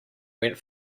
went